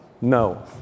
no